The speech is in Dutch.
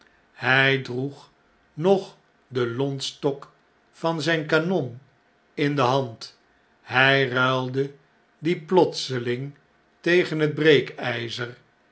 hy droeg nog den lontstok van zjjn kanon in de hand hjj ruilde dien plotseling tegen het